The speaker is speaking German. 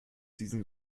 diesem